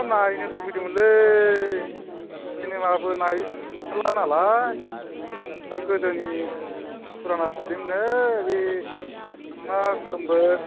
नायनो लुबैदों मोनलै चिनिमाबो नाय नुथारला नालाय बे गोदोनि फुराना फ्लिमनो बे हांमा गोमबोर